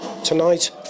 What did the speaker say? Tonight